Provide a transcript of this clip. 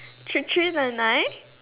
three three nine nine